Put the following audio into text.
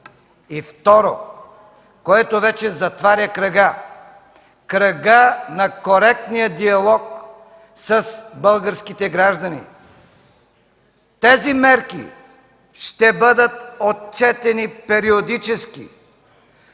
И второ, което вече затваря кръга – кръга на коректния диалог с българските граждани. Тези мерки ще бъдат отчетени периодически